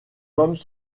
hommes